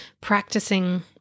practicing